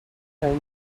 trench